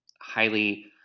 highly